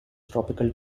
tropical